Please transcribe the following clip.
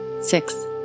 six